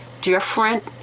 different